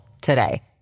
today